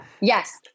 Yes